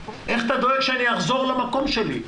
איך אתה דואג שאני אחזור למקום שלי?